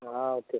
ఆ ఓకే